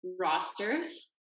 rosters